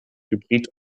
hybrid